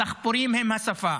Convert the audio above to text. הדחפורים הם השפה.